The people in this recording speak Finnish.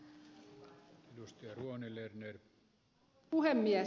arvoisa puhemies